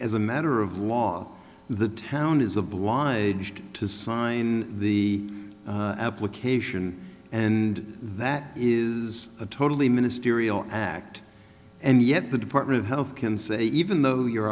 as a matter of law the town is a blind eye to sign the application and that is a totally ministerial act and yet the department of health can say even though you're